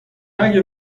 اگه